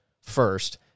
first